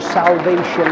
salvation